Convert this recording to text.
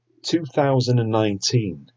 2019